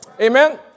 Amen